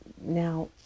now